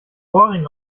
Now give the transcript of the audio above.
ohrring